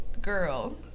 girl